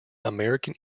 american